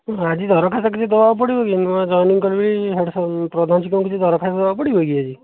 ମୁଁ ଆଜି ଦରଖାସ୍ତ କିଛି ଦେବାକୁ ପଡ଼ିବକି ନୂଆ ଜୟେନିଂ କରିବି ହେଡ଼୍ ସାର୍ ପ୍ରଧାନ ଶିକ୍ଷକଙ୍କୁ କିଛି ଦରଖାସ୍ତ ଦେବାକୁ ପଡ଼ିବ କି ଆଜି